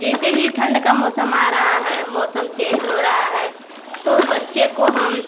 जैसे ही ठंड का मौसम आ रहा है मौसम चेंज हो रहा है तो बच्चे को हम